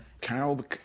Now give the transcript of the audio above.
Carol